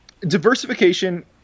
diversification